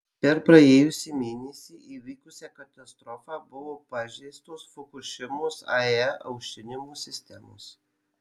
per praėjusį mėnesį įvykusią katastrofą buvo pažeistos fukušimos ae aušinimo sistemos